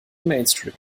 mainstream